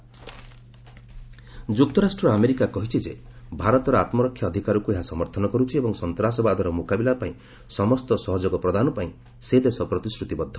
US Doval ଯୁକ୍ତରାଷ୍ଟ୍ର America କହିଛି ଯେ ଭାରତର ଆତ୍ମରକ୍ଷା ଅଧିକାରକୁ ଏହା ସମର୍ଥନ କରୁଛି ଏବଂ ସନ୍ତାସବାଦର ମୁକାବିଲା ପାଇଁ ସମସ୍ତ ସହଯୋଗ ପ୍ରଦାନ ପାଇଁ ସେ ଦେଶ ପ୍ରତିଶ୍ରତିବଦ୍ଧ